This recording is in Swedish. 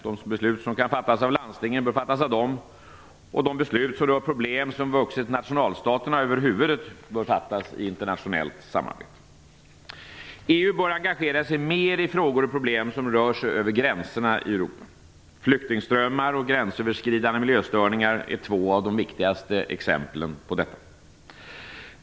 De beslut som kan fattas av landstingen bör fattas av dem. Och de beslut som rör problem som vuxit nationalstaterna över huvudet bör fattas i internationellt samarbete. EU bör engagera sig mer i frågor och problem som rör sig över gränserna i Europa. Flyktingströmmar och gränsöverskridande miljöstörningar är två av de viktigaste exemplen på detta.